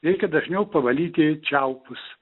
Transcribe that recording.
reikia dažniau pavalyti čiaupus